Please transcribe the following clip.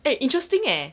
eh interesting eh